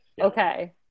okay